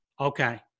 Okay